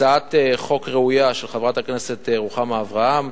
זו הצעת חוק ראויה של חברת הכנסת רוחמה אברהם.